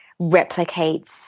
replicates